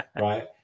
right